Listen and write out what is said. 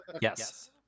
Yes